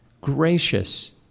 gracious